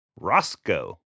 Roscoe